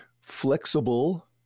flexible